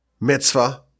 mitzvah